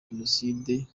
jenoside